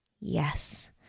Yes